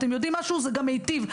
אתם יודעים משהו, זה גם מיטיב.